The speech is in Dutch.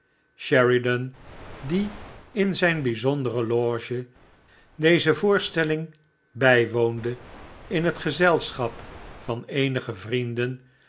sheridan die in zijn bijzondere loge deze voorstellen bijwoonde in het gezelschap vaneenigevrienden